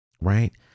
Right